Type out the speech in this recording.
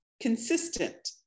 consistent